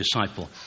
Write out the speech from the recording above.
disciple